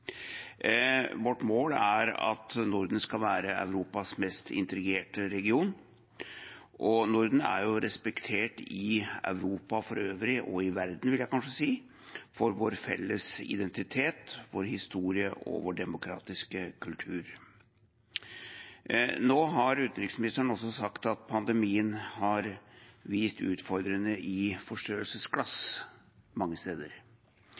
Vårt mål er at Norden skal være Europas mest integrerte region, og Norden er jo respektert i Europa for øvrig – og i verden, vil jeg kanskje si – for vår felles identitet, vår historie og vår demokratiske kultur. Nå har utenriksministeren også sagt at pandemien har vist utfordringene i forstørrelsesglass mange steder,